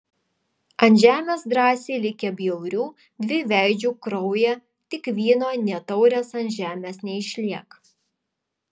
ant žemės drąsiai likę bjaurių dviveidžių kraują tik vyno nė taurės ant žemės neišliek